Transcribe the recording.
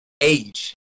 Age